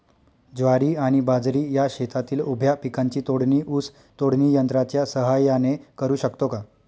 ज्वारी आणि बाजरी या शेतातील उभ्या पिकांची तोडणी ऊस तोडणी यंत्राच्या सहाय्याने करु शकतो का?